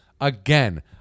Again